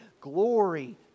glory